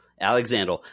Alexander